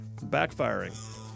backfiring